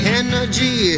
energy